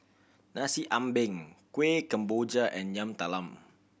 Nasi Ambeng Kueh Kemboja and Yam Talam